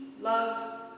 love